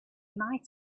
might